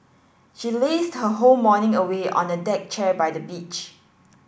she lazed her whole morning away on a deck chair by the beach